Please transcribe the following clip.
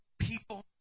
people